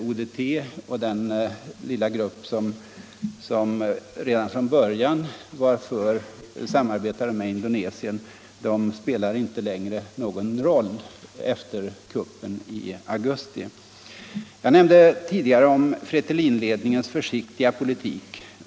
UDT och Apodeti, den lilla grupp som redan från början var ett instrument för Indonesien, spelar inte längre någon som helst politisk roll efter kuppen i augusti. Det finns ingen anledning förhandla med dem. Jag nämnde tidigare Fretilinledningens försiktiga politik.